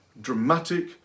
Dramatic